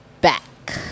back